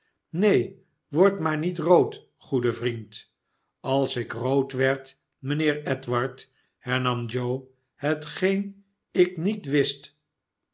neen word maar niet rood goede vriend als ik rood werd mijnheer edward hernam joe hetgeen ik niet wist